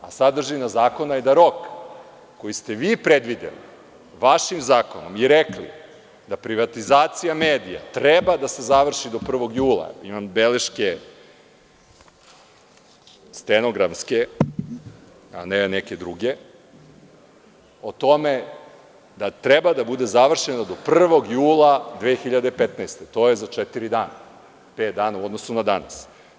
Sadržina zakona je da rok koji ste vi predvideli vašim zakonom i rekli da privatizacija medija treba da se završi do 1. jula, imam stenografske beleške, a ne neke druge, o tome da treba da bude završena do 1. jula 2015. godine, to je za četiri dana, pet dana u odnosu na danas.